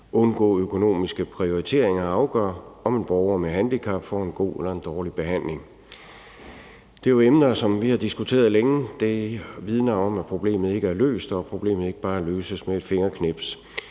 undgå økonomiske prioriteringer og afgøre, om en borger med handicap får en god eller en dårlig behandling. Det er jo emner, som vi har diskuteret længe, og det vidner om, at problemet ikke er løst, og at problemet ikke bare løses med et fingerknips.